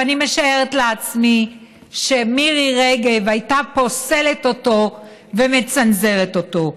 ואני משערת לעצמי שמירי רגב הייתה פוסלת אותו ומצנזרת אותו,